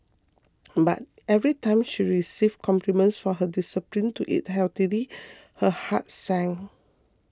but every time she received compliments for her discipline to eat healthily her heart sank